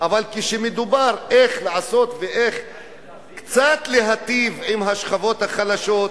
אבל כשמדובר איך לעשות וקצת להיטיב עם השכבות החלשות,